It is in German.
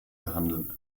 behandeln